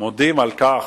מודים על כך,